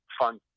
fun